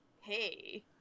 Hey